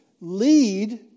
lead